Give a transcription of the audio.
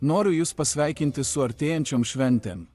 noriu jus pasveikinti su artėjančiom šventėm